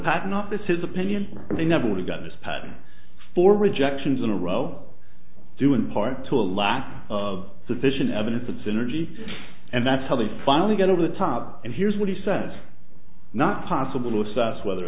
patent office his opinion they never got this patent for rejections in a row due in part to a lack of sufficient evidence of synergy and that's how they finally got over the top and here's what he says not possible to assess whether